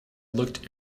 looked